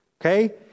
okay